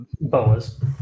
boas